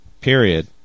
Period